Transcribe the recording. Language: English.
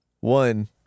one